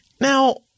Now